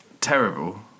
terrible